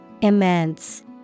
Immense